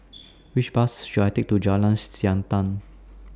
Which Bus should I Take to Jalan Siantan